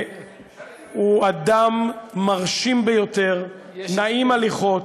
אדם מרשים ביותר, נעים הליכות,